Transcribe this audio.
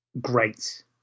Great